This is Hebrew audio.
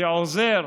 שעוזר,